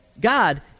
God